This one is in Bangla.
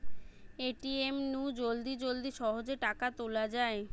এ.টি.এম নু জলদি জলদি সহজে টাকা তুলা যায়